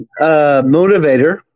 motivator